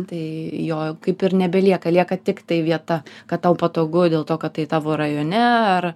tai jo kaip ir nebelieka lieka tiktai vieta kad tau patogu dėl to kad tai tavo rajone ar